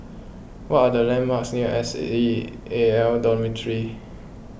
what are the landmarks near S C A L Dormitory